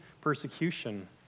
persecution